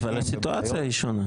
אבל הסיטואציה היא שונה.